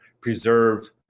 preserve